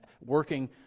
working